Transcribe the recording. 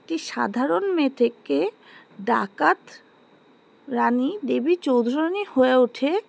একটি সাধারণ মেয়ে থেকে ডাকাত রানী দেবী চৌধুরানী হয়ে ওঠে